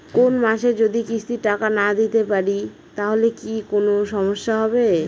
কোনমাসে যদি কিস্তির টাকা না দিতে পারি তাহলে কি কোন সমস্যা হবে?